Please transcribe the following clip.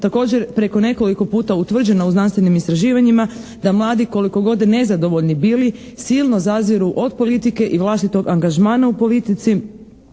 također preko nekoliko puta utvrđena u znanstvenim istraživanjima, da mladi koliko god nezadovoljni bili, silno zaziru od politike i vlastitog angažmana u politici